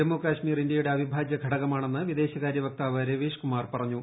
ജമ്മു കശ്മീർ ഇന്ത്യയുടെ അവിഭാജൃ ഘടകമാണെന്ന് വിദേശകാരൃ വക്താവ് രവീഷ് കുമാർ പറഞ്ഞു